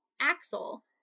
axel